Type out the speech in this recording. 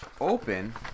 open